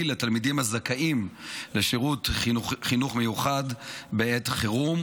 לתלמידים הזכאים לשירותי חינוך מיוחד בעת חירום,